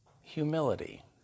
humility